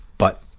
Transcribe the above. but